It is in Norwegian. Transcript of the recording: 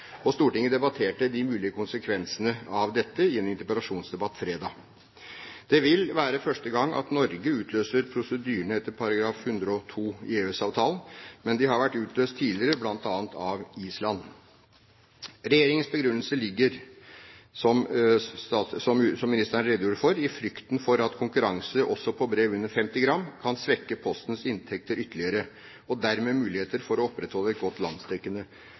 Og Stortinget debatterte de mulige konsekvensene av dette i en interpellasjonsdebatt fredag. Det vil være første gang at Norge utløser prosedyrene etter artikkel 102 i EØS-avtalen, men de har vært utløst tidligere bl.a. av Island. Som utenriksministeren redegjorde for, ligger regjeringens begrunnelse i frykten for at konkurranse også på brev under 50 gram kan svekke Postens inntekter ytterligere og dermed muligheten for å opprettholde et godt landsdekkende